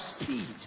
speed